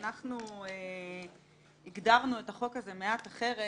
אנחנו הגדרנו את החוק הזה מעט אחרת.